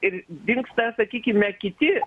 ir dingsta sakykime kiti